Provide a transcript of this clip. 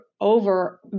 over